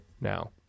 now